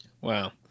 Wow